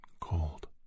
cold